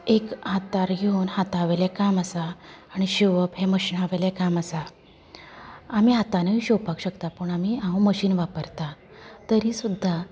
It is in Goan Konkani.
एक हातार घेवन हाता वयलें काम आसा आनी शिंवप हें मशिना वयलें काम आसा आमी हातानूय शिंवपाक शकतात पूण हांव मशीन वापरतां तरी सुद्दां